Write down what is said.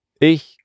Ich